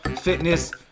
fitness